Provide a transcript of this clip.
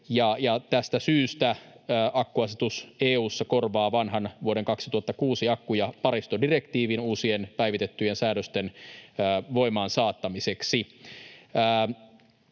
Tästä syystä akkuasetus EU:ssa korvaa vanhan vuoden 2006 akku- ja paristodirektiivin uusien päivitettyjen säädösten voimaan saattamiseksi.